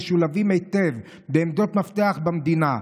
שמשולבים היטב בעמדות מפתח במדינה,